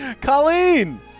Colleen